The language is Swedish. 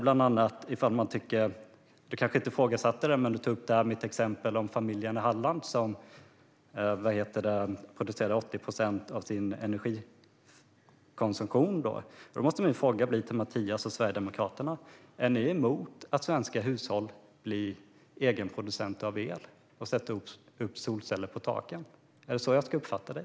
Han tog då upp mitt exempel med familjen i Halland som producerar 80 procent av sin energikonsumtion. Då måste min fråga till Mattias och Sverigedemokraterna bli: Är ni emot att svenska hushåll blir egenproducenter av el och sätter upp solceller på taken? Är det så jag ska uppfatta det?